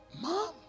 Mom